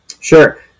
Sure